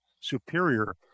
superior